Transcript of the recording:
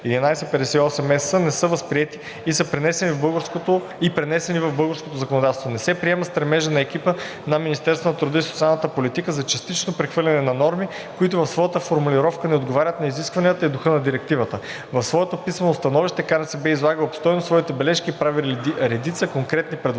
2019/1158/ЕС не са възприети и пренесени в българското законодателство. Не се приема стремежът на екипа на Министерството на труда и социалната политика за частично прехвърляне на норми, които в своята формулировка не отговарят на изискванията и духа на Директивата. В своето писмено становище Конфедерацията на независимите синдикати в България излага обстойно своите бележки и прави редица конкретни предложения.